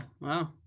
Wow